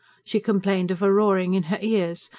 she complained of a roaring in her ears,